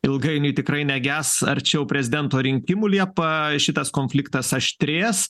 ilgainiui tikrai neges arčiau prezidento rinkimų liepa šitas konfliktas aštrės